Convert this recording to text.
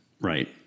Right